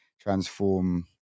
transform